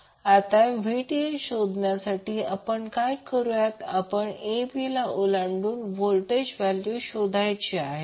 आता VTh शोधण्यासाठी आपण काय करू या आपण a b ला ओलांडून व्होल्टेज व्हॅल्यू शोधायची आहे